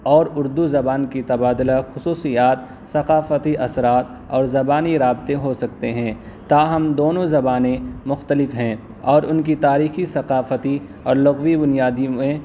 اور اردو زبان کی تبادلہ خصوصیات ثقافتی اثرات اور زبانی رابطے ہو سکتے ہیں تاہم دونوں زبانیں مختلف ہیں اور ان کی تاریخی ثقافتی اور لغوی بنیادی میں